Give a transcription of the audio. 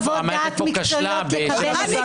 חוות-דעת מקצועיות לקבל הסבר מה נעשה.